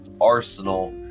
Arsenal